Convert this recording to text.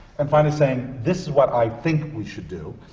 and finally saying, this is what i think we should do.